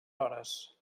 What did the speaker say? hores